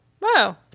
wow